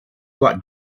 black